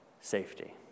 safety